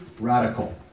radical